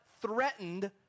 threatened